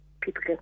people